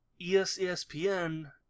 ESPN